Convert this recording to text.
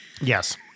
Yes